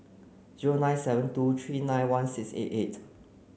zero nine seven two three nine one six eight eight